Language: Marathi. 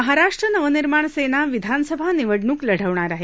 महाराष्ट्र नवनिर्माण सेना विधानसभा निवडणूक लढवणार आहे